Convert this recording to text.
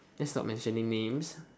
let's not mention names